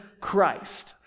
Christ